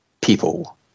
people